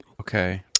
Okay